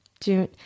june